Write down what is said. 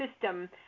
system